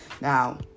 Now